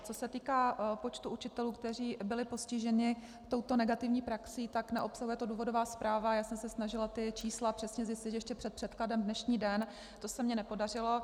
Co se týká počtu učitelů, kteří byli postiženi touto negativní praxi, tak neobsahuje to důvodová zpráva, já jsem se snažila ta čísla přesně zjistit ještě před předkladem dnešní den, to se mně nepodařilo.